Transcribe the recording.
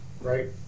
right